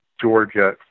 Georgia